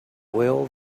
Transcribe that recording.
will